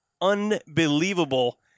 unbelievable